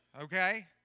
Okay